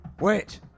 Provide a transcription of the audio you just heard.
Wait